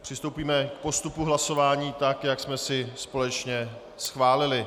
Přistoupíme k postupu hlasování tak, jak jsme si společně schválili.